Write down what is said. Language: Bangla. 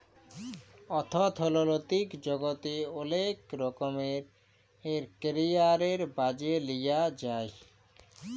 অথ্থলৈতিক জগতে অলেক রকমের ক্যারিয়ার বাছে লিঁয়া যায়